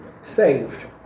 saved